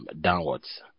downwards